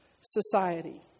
society